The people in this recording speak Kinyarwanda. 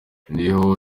niyo